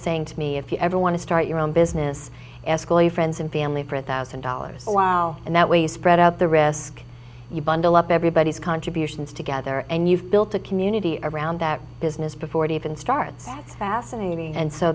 saying to me if you ever want to start your own business school your friends and family for a thousand dollars wow and that way you spread out the risk you bundle up everybody's contributions together and you've built a community around that business before it even starts it's fascinating and so